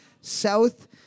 South